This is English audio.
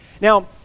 Now